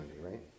right